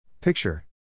Picture